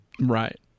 Right